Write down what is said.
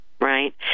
right